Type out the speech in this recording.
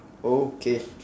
okay